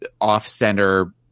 off-center